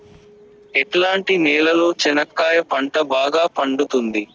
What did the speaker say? ఎట్లాంటి నేలలో చెనక్కాయ పంట బాగా పండుతుంది?